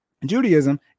Judaism